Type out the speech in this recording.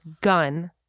gun